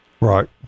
Right